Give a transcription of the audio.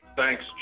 Thanks